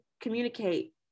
communicate